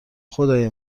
خدای